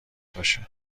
باشه